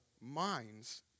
minds